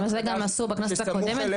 אבל זה גם עשו בכנסת הקודמת,